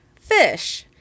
fish